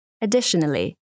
Additionally